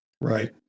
right